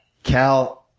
cal,